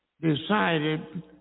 decided